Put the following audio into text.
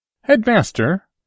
Headmaster